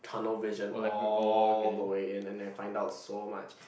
tunnel vision all the way in and then find out so much